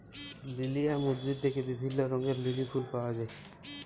lilium উদ্ভিদ থেক্যে বিভিল্য রঙের লিলি ফুল পায়া যায়